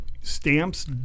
stamps